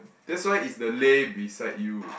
that's why is the lay beside you